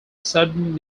sudden